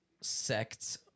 sects